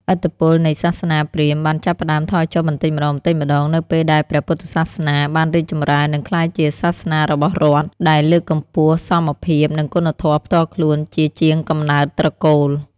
ឥទ្ធិពលនៃសាសនាព្រាហ្មណ៍បានចាប់ផ្តើមថយចុះបន្តិចម្តងៗនៅពេលដែលព្រះពុទ្ធសាសនាបានរីកចម្រើន និងក្លាយជាសាសនារបស់រដ្ឋ ដែលលើកកម្ពស់សមភាព និងគុណធម៌ផ្ទាល់ខ្លួនជាជាងកំណើតត្រកូល។